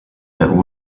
that